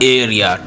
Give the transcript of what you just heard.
area